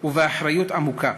ובאחריות עמוקה.